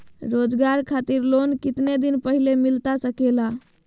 रोजगार खातिर लोन कितने दिन पहले मिलता सके ला?